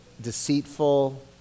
deceitful